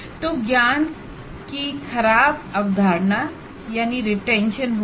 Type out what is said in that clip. तो ये poor retention of knowledge होगा